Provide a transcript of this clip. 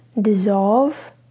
dissolve